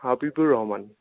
Habibur Rahman